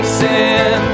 sin